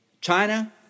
China